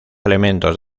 elementos